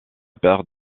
père